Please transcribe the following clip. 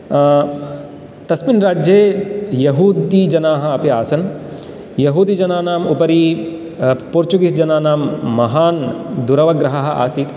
तस्मिन् राज्ये यहुद्दीजनाः अपि आसन् यहुदिजनानाम् उपरि पोर्चुगिज़् जनानां महान् दूरवग्रहः आसीत्